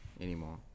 anymore